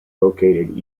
located